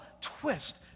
twist